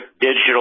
digital